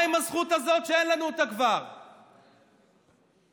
מה עם הזכות הזאת, שכבר אין לנו?